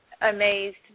amazed